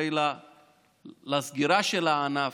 הרי לסגירה של הענף,